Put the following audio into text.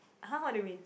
!huh! what do you mean